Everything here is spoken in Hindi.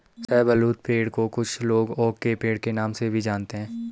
शाहबलूत पेड़ को कुछ लोग ओक के पेड़ के नाम से भी जानते है